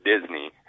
Disney